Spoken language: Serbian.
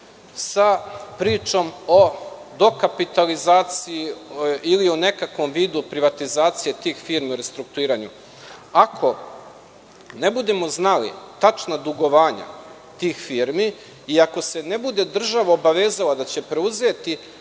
sa pričom o dokapitalizaciji ili o nekakvom vidu privatizacije tih firmi u restrukturiranju. Ako ne budemo znali tačna dugovanja tih firmi, i ako se ne bude država obavezala da će preuzeti